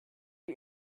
die